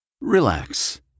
Relax